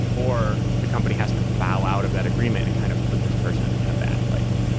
or the company has to bow out of that agreement and kind of put this person in a bad place.